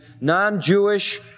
non-Jewish